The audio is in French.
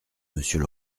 monsieur